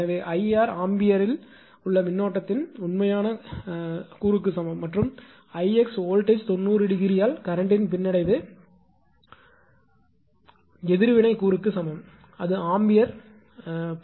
எனவே 𝐼𝑟 ஆம்பியர்ஸில் உள்ள மின்னோட்டத்தின்கரண்ட்டின் உண்மையான கூறுக்கு சமம் மற்றும் 𝐼𝑥 வோல்ட்டேஜில் 90 ° ஆல் கரண்ட்டின் பின்னடைவு எதிர்வினைரியாக்ட்டிவ் கூறுக்கு சமம் அது ஆம்பியர் சரியானது